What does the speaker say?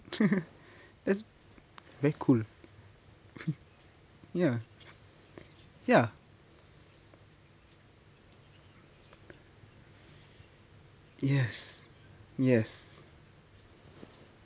that's very cool ya ya yes yes